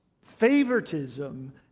favoritism